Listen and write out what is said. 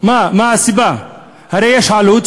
לימי הביניים, שאז אירופה, הרבה שנים,